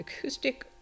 acoustic